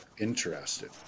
interested